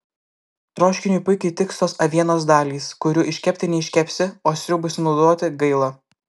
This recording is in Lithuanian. troškiniui puikiai tiks tos avienos dalys kurių iškepti neiškepsi o sriubai sunaudoti gaila